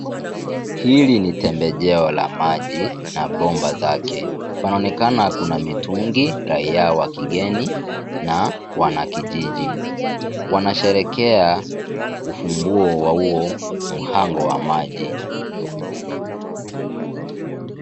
Hili ni tembejeo la maji na bomba zake. Panaonekana kuna mitungi, raiya wa kigeni na wanakijiji. Wanasherehekea ufumbuo wa huo mhango wa maji.